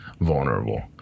vulnerable